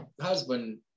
husband